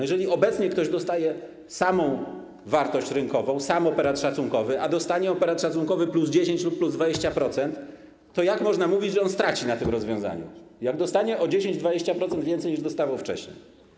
Jeżeli obecnie ktoś dostaje samą wartość rynkową, sam operat szacunkowy, a dostanie operat szacunkowy plus 10 lub 20%, to jak można mówić, że straci na tym rozwiązaniu, jak dostanie o 10-20% więcej, niż dostawał wcześniej?